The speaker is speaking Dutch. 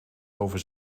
over